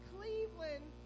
Cleveland